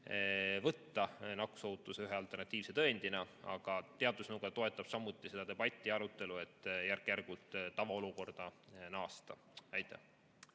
võtta nakkusohutuse ühe alternatiivse tõendina. Aga teadusnõukoda toetab samuti seda debatti ja arutelu, et järk-järgult tavaolukorda naasta. Merry